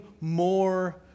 more